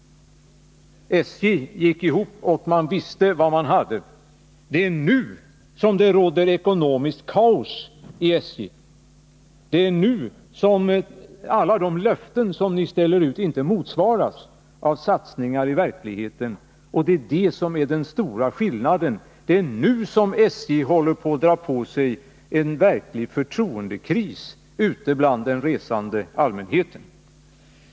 SJ gick ihop, och företaget visste vilka resurser det hade till sitt förfogande. Det är nu som det råder ekonomiskt kaos i SJ. Det är nu som alla de löften ni ställer ut inte motsvaras av satsningar i verkligheten. Det är detta som är den stora skillnaden. Det är nu som SJ håller på att dra på sig en verklig förtroendekris när det gäller förhållandet till den resande allmänheten.